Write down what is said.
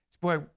Boy